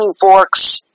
forks